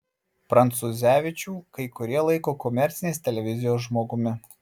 prancūzevičių kai kurie laiko komercinės televizijos žmogumi